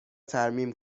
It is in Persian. ترمیم